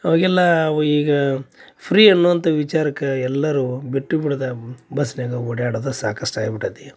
ಇಲ್ಲಾ ಅವ ಈಗ ಫ್ರೀ ಅನ್ನುವಂಥಾ ವಿಚಾರಕ್ಕೆ ಎಲ್ಲರೂ ಬಿಟ್ಟು ಬಿಡದ ಬಸ್ನ್ಯಾಗ ಓಡ್ಯಾಡೊದ ಸಾಕಷ್ಟು ಆಗ್ಬಿಟ್ಟತಿ